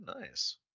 Nice